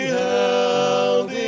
held